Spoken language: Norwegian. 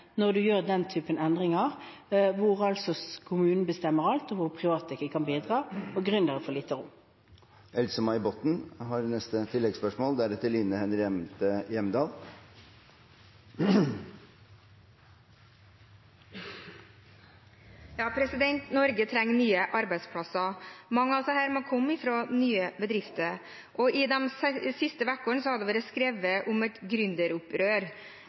når man gjør den typen endringer, hvor altså kommunen bestemmer alt og private ikke kan komme inn som gründere. Else-May Botten – til oppfølgingsspørsmål. Norge trenger nye arbeidsplasser, og mange av disse må komme fra nye bedrifter. I de siste ukene har det blitt skrevet om et